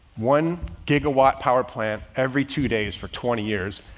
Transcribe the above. one gigawatt power plant every two days for twenty years.